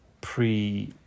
pre-